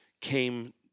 came